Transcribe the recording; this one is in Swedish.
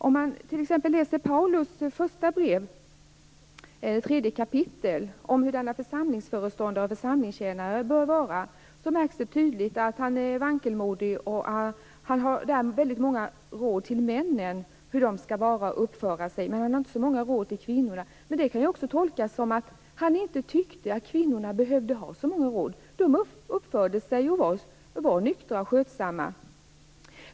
Om man t.ex. läser Paulus första brev 3 kap. om hur församlingsföreståndare och församlingstjänare bör vara, märks det tydligt att han är vankelmodig. Han har många råd till männen om hur de skall vara och uppföra sig, men inte så många råd till kvinnorna. Men det kan också tolkas så att han inte tyckte att kvinnorna behövde så många råd - de uppförde sig och var nyktra och skötsamma.